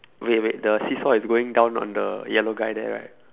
wait wait the seesaw is going down on the yellow guy there right